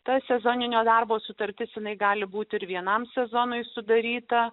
ta sezoninio darbo sutartis jinai gali būti ir vienam sezonui sudaryta